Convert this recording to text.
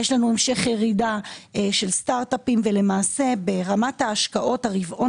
יש לנו המשך ירידה של סטארט אפים ולמעשה ברמת ההשקעות הרבעון